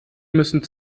müssen